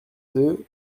deux